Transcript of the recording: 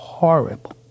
Horrible